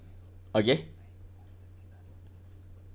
okay